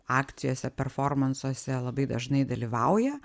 akcijose performansuose labai dažnai dalyvauja